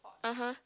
ah !huh!